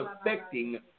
affecting